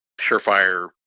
surefire